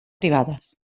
privades